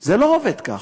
זה לא עובד כך.